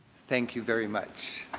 thank you very much.